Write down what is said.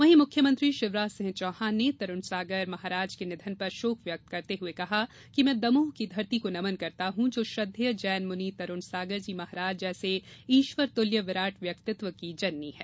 वहीं मुख्यमंत्री शिवराज सिंह चौहान ने तरुण सागर महाराज के निधन पर शोक व्यक्त करते हुए कहा कि मैं दमोह की धरती को नमन करता हूँ जो श्रद्वेय जैन मुनि तरुण सागरजी महाराज जैसे ईश्वर तुल्य विराट व्यक्तित्व की जननी है